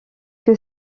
que